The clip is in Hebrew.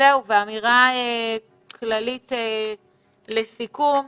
אמירה כללית לסיכום.